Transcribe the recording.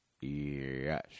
Yes